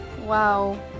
Wow